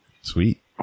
Sweet